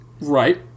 Right